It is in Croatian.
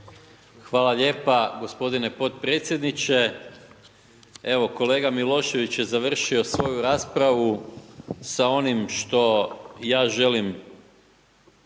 Hvala lijepa gospodine podpredsjedniče. Evo kolega Milošević je završio svoju raspravu sa onim što ja želim